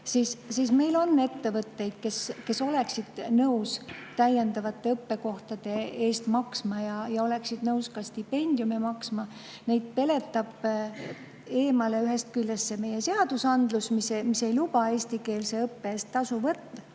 mainis, meil on ettevõtteid, kes oleksid nõus täiendavate õppekohtade eest tasuma ja ka stipendiume maksma. Neid peletavad eemale ühest küljest meie seadused, mis ei luba eestikeelse õppe eest tasu võtta,